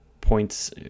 points